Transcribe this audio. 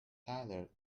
tyler